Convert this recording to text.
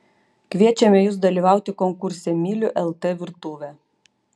kviečiame jus dalyvauti konkurse myliu lt virtuvę